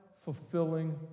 fulfilling